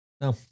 No